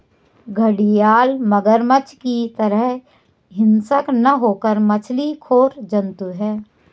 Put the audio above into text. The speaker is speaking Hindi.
घड़ियाल मगरमच्छ की तरह हिंसक न होकर मछली खोर जंतु है